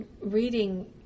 reading